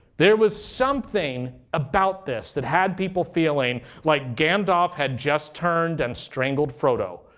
there was something about this that had people feeling like gandalf had just turned and strangled frodo.